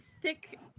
thick